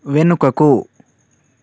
వెనుకకు